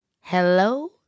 Hello